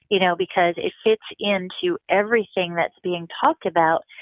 you know because it fits in to everything that's being talked about,